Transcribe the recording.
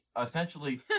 essentially